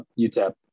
UTEP